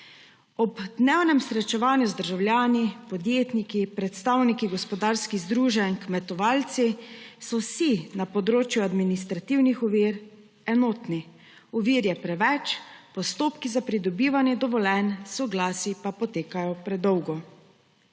Ob dnevnem srečevanju z državljani, podjetniki, predstavniki gospodarskih združenj, kmetovalci so vsi na področju administrativnih ovir enotni: ovir je preveč, postopki za pridobivanje dovoljenj, soglasij pa potekajo predlogo.